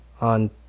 on